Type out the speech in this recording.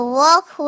walk